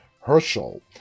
Herschel